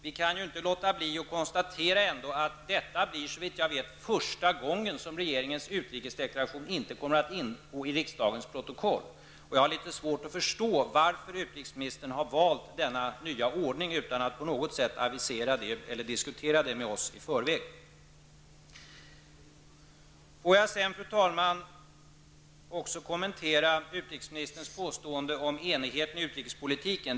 Vi kan inte låta bli att konstatera att detta blir, såvitt jag vet, första gången som regeringens utrikesdeklaration inte kommer att ingå i riksdagens protokoll. Jag har litet svårt att förstå varför utrikesministern har valt denna nya ordning utan att på något sätt avisera detta eller diskutera det med oss i förväg. Fru talman! Jag vill också kommentera utrikesministerns påstående om enigheten i utrikespolitiken.